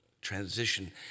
transition